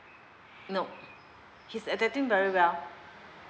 nope he's very well